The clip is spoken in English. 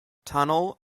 tunnel